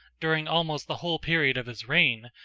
during almost the whole period of his reign,